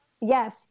Yes